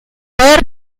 poder